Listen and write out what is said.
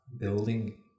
building